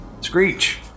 Screech